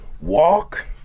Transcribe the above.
walk